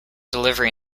delivery